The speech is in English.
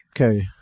Okay